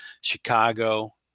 Chicago